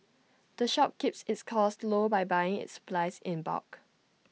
the shop keeps its costs low by buying its supplies in bulk